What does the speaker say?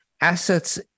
assets